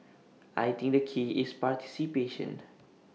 I think the key is participation